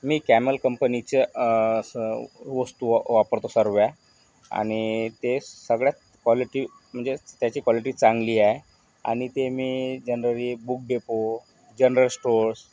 मी Camel कंपनीच्या स वस्तू वा वापरतो सर्व आणि ते सगळ्यात कॉलिटी म्हणजेच त्याची कॉलिटी चांगली आहे आणि ते मी generally book depot general stores